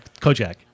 Kojak